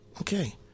Okay